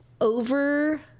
over